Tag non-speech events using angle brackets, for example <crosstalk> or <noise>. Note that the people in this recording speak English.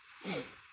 <noise>